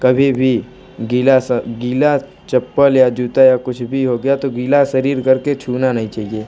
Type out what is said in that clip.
कभी भी गीला सा गीला चप्पल या जूता या कुछ भी हो गया तो गीला शरीर करके छूना नहीं चाहिए